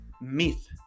myth